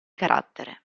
carattere